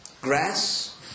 grass